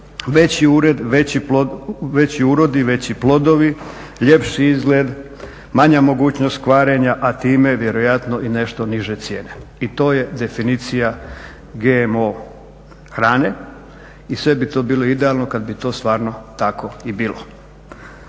svojstva, veći urodi, veći plodovi, ljepši izgled, manja mogućnost kvarenja, a time vjerojatno i nešto niže cijene. I to je definicija GMO hrane i sve bi to bilo idealno kad bi to stvarno tako i bilo.